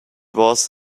was